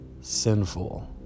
sinful